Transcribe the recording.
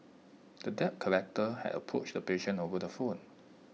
the debt collector had approached the patient over the phone